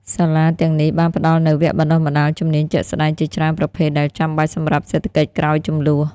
សាលាទាំងនេះបានផ្តល់នូវវគ្គបណ្តុះបណ្តាលជំនាញជាក់ស្តែងជាច្រើនប្រភេទដែលចាំបាច់សម្រាប់សេដ្ឋកិច្ចក្រោយជម្លោះ។